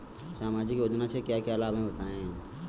सामाजिक योजना से क्या क्या लाभ हैं बताएँ?